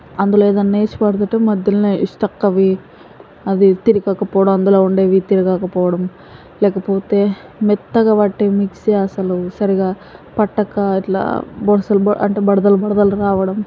అందులో ఏదైనా వేసి పడుతుంటే మధ్యలోనే స్టక్ అయి అది తిరగకపోవడం అందులో ఉండేవి తిరగకపోవడం లేకపోతే మెత్తగ పట్టే మిక్సీ అసలు సరిగ్గా పట్టక ఇట్లా బొడుసులు అంటే బొడదలు బొడదలు రావడం